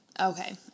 okay